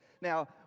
Now